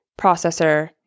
processor